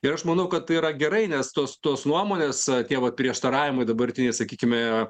ir aš manau kad tai yra gerai nes tos tos nuomonės tie vat prieštaravimai dabartiniai sakykime yra